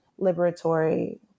liberatory